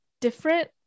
different